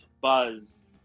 buzz